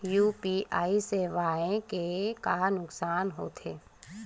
UPI सेवाएं के का नुकसान हो थे?